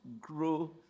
grow